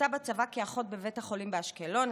שירתה בצבא כאחות בבית החולים באשקלון,